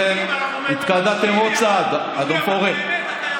אתם התקדמתם עוד צעד, אדון פורר.